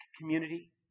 community